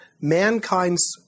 mankind's